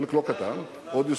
חלק לא קטן, עוד יסופק,